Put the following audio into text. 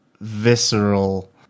visceral